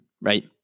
right